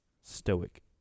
Stoic